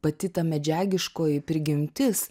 pati ta medžiagiškoji prigimtis